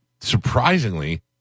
surprisingly